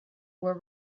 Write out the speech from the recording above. were